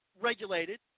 regulated